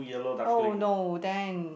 oh no then